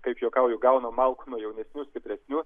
kaip juokauju gauna malkų nuo jaunesnių stipresnių